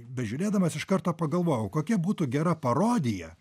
bežiūrėdamas iš karto pagalvojau kokia būtų gera parodija